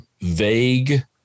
vague